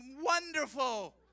wonderful